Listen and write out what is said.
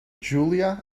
julia